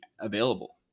available